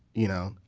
you know,